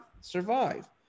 survive